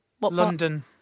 London